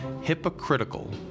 hypocritical